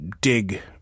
dig